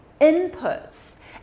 inputs